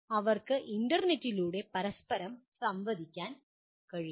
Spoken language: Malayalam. അവർക്ക് ഇന്റർനെറ്റിലൂടെ പരസ്പരം സംവദിക്കാൻ കഴിയും